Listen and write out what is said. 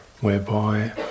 Whereby